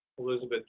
Elizabeth